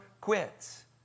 quits